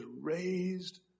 raised